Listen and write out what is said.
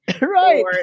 Right